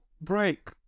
break